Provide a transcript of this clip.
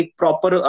proper